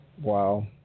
Wow